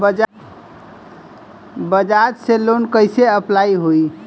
बजाज से लोन कईसे अप्लाई होई?